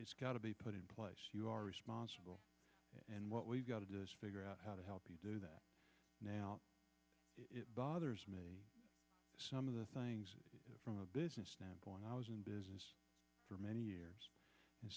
it's got to be put in place you are responsible and what we've got to do is figure out how to help you do that now it bothers me some of the things from a business standpoint i was in business for many years and